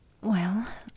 Well